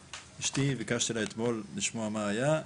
ביקשתי אתמול מאשתי לשמוע מה היה,